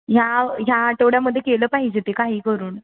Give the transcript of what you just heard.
ह्या ह्या आठवड्यामध्ये केलं पाहिजे ते काही करून